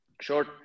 short